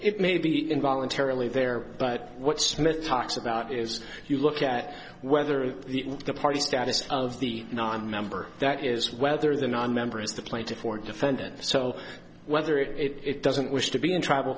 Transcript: it may be in voluntarily there but what smith talks about is you look at whether the party status of the nonmember that is whether the nonmember is the plaintiff or defendant so whether it it doesn't wish to be in trouble